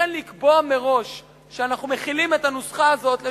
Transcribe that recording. ולכן לקבוע מראש שאנחנו מחילים את הנוסחה הזאת לשנתיים,